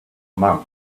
monk